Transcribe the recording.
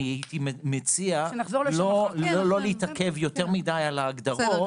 אני הייתי מציע לא להתעכב יותר מדי על ההגדרות.